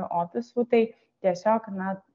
ofisų tai tiesiog na